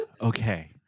Okay